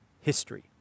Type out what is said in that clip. history